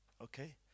Okay